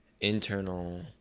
internal